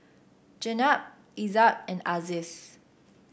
Jenab Izzat and Aziz